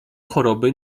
choroby